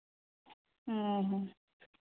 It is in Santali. ᱦᱮᱸ ᱦᱮᱸ